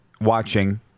watching